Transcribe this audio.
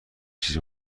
چیز